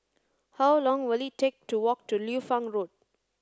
how long will it take to walk to Liu Fang Road